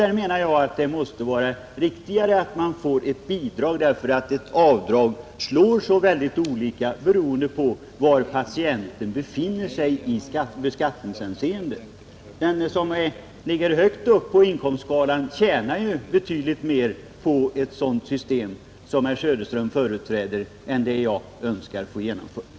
Där menar jag att det måste vara riktigare med ett bidrag, eftersom ett avdrag slår så väldigt olika beroende på var patienten befinner sig i beskattningshänseende. Den som ligger högt på inkomstskalan tjänar betydligt mer på ett sådant system som herr Söderström företräder än på det system som jag önskar få genomfört.